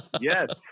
Yes